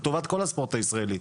לטובת כל הספורט הישראלי.